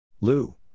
Lou